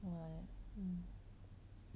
why